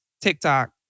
TikTok